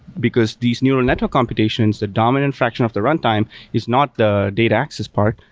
because these neural network computations, the dominant fraction of the runtime is not the data access part,